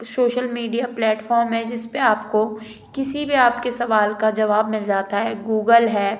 social media platform है जिसपे आपको किसी भी आपके सवाल का जवाब मिल जाता है गूगल है